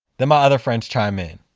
then my other friends chime in.